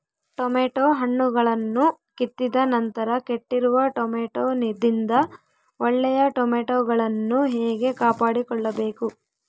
Tomato ಹಣ್ಣುಗಳನ್ನು ಕಿತ್ತಿದ ನಂತರ ಕೆಟ್ಟಿರುವ ಟೊಮೆಟೊದಿಂದ ಒಳ್ಳೆಯ ಟೊಮೆಟೊಗಳನ್ನು ಹೇಗೆ ಕಾಪಾಡಿಕೊಳ್ಳಬೇಕು?